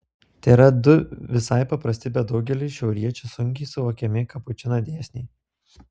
tėra du visai paprasti bet daugeliui šiauriečių sunkiai suvokiami kapučino dėsniai